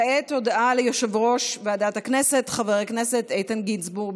כעת הודעה ליושב-ראש ועדת הכנסת חבר הכנסת איתן גינזבורג,